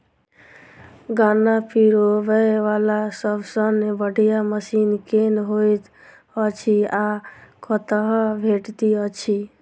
गन्ना पिरोबै वला सबसँ बढ़िया मशीन केँ होइत अछि आ कतह भेटति अछि?